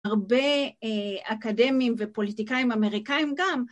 הרבה אקדמים ופוליטיקאים אמריקאים גם